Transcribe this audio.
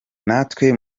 natwe